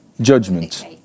Judgment